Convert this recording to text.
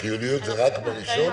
החיוניות היא רק בדיון הראשון?